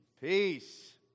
peace